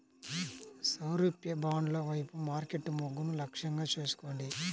సారూప్య బ్రాండ్ల వైపు మార్కెట్ మొగ్గును లక్ష్యంగా చేసుకోండి